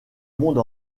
monde